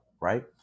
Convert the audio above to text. right